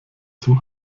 zum